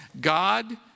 God